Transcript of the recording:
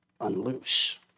unloose